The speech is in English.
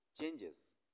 changes